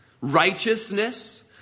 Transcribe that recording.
Righteousness